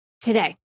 today